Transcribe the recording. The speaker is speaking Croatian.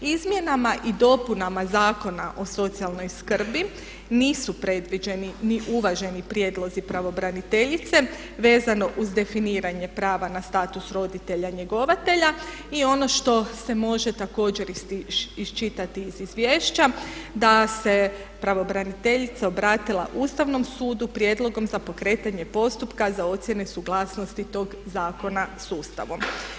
Izmjenama i dopunama Zakona o socijalnoj skrbi nisu predviđeni ni uvaženi prijedlozi pravobraniteljice vezano uz definiranje prava na status roditelja njegovatelja i ono što se može također iščitati iz izvješća da se pravobraniteljica obratila Ustavnom sudu prijedlogom za pokretanje postupka za ocjene suglasnosti tog zakona s Ustavom.